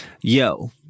yo